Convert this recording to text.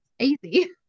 easy